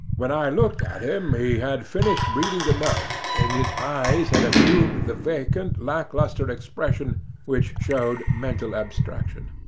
when i looked at him he had finished reading the note, and his eyes had assumed the vacant, lack-lustre expression which showed mental abstraction.